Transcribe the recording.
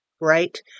Right